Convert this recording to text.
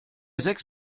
sechs